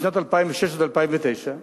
משנת 2006 עד 2009,